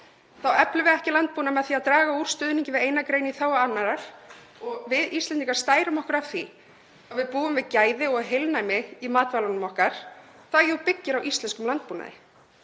Þá eflum við ekki landbúnað með því að draga úr stuðningi við eina grein í þágu annarrar. Við Íslendingar stærum okkur af því að við búum við gæði og heilnæmi í matvælunum okkar, það byggir jú á íslenskum landbúnaði.